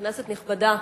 כנסת נכבדה,